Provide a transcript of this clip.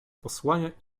posłania